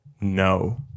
No